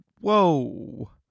whoa